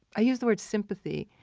i used the word sympathy,